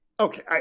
Okay